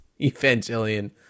Evangelion